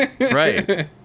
Right